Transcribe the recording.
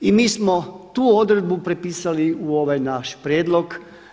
I mi smo tu odredbu prepisali u ovaj naš prijedlog.